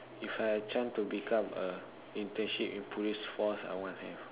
if I have chance to become a internship in police force I want have